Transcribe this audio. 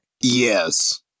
Yes